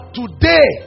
today